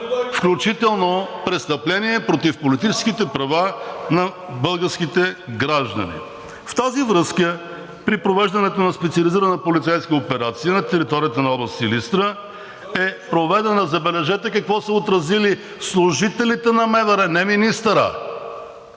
включително престъпление против политическите права на българските граждани. В тази връзка при провеждането на специализирана полицейска операция на територията на област Силистра е проведена, забележете какво са отразили служителите на МВР, не министърът